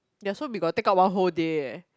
ya so we gotta take out one whole day eh